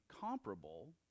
comparable